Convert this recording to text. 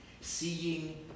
seeing